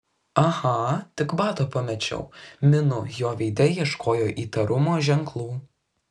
aha tik batą pamečiau minu jo veide ieškojo įtarumo ženklų